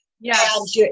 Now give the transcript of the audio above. Yes